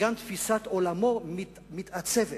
וגם תפיסת עולמו מתעצבת